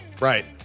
Right